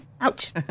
Ouch